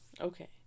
Okay